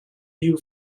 view